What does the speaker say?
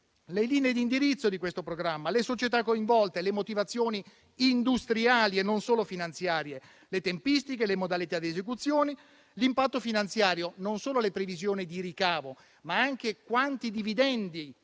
le linee di indirizzo di questo programma, le società coinvolte, le motivazioni industriali e non solo finanziarie, le tempistiche, le modalità di esecuzione e l'impatto finanziario, non solo le previsioni di ricavo, ma anche a quanti dividendi